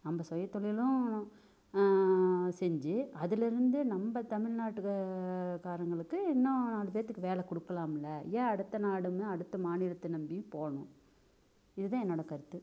நம்ம சுய தொழிலும் செஞ்சு அதுலேருந்து நம்ம தமிழ்நாட்டுக் காரவங்களுக்கு இன்னும் நாலு பேத்துக்கு வேலை கொடுக்கலாம்ல ஏன் அடுத்த நாடுங்க அடுத்த மாநிலத்தை நம்பி போகணும் இதுதான் என்னோடய கருத்து